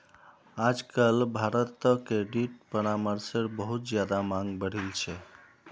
आजकल भारत्त क्रेडिट परामर्शेर बहुत ज्यादा मांग बढ़ील छे